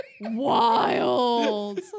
wild